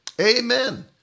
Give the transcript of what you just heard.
Amen